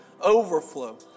overflow